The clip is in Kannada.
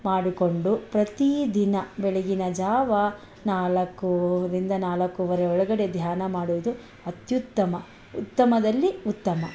ಮಾಡಿಕೊಂಡು ಪ್ರತಿ ದಿನ ಬೆಳಗಿನ ಜಾವ ನಾಲ್ಕರಿಂದ ನಾಲ್ಕುವರೆ ಒಳಗಡೆ ಧ್ಯಾನ ಮಾಡುವುದು ಅತ್ಯುತ್ತಮ ಉತ್ತಮದಲ್ಲಿ ಉತ್ತಮ